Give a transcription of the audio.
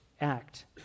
act